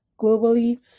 globally